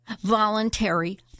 voluntary